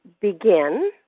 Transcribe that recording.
begin